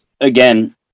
Again